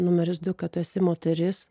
numeris du kad tu esi moteris